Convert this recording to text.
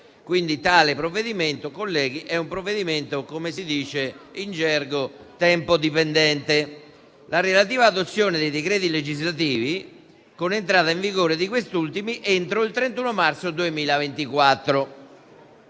2023 (tale provvedimento è pertanto, come si dice in gergo, tempo dipendente), e la relativa adozione dei decreti legislativi, con entrata in vigore di questi ultimi entro il 31 marzo 2024.